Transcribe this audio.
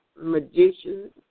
magicians